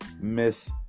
Miss